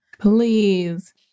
please